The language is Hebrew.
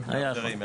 כן, היה יכול.